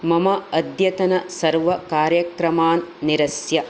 मम अद्यतनसर्वकार्यक्रमान् निरस्य